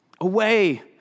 away